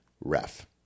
ref